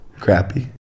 crappy